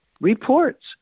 Reports